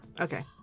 Okay